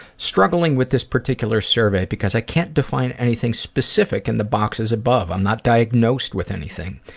struggling with this particular survey because i can't define anything specific in the boxes above. i'm not diagnosed with anything.